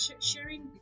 sharing